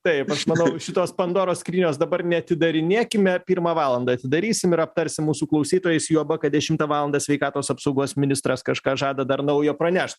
taip aš manau šitos pandoros skrynios dabar neatidarinėkime pirmą valandą atidarysim ir aptarsim mūsų klausytojais juoba kad dešimtą valandą sveikatos apsaugos ministras kažką žada dar naujo pranešt